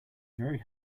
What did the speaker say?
very